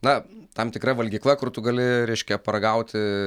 na tam tikra valgykla kur tu gali reiškia paragauti